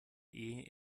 ehe